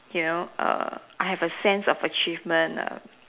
you know err I have a sense of achievement err